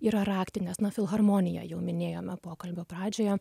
yra raktinės na filharmonija jau minėjome pokalbio pradžioje